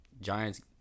Giants